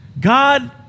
God